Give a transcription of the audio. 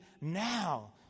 now